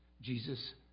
Jesus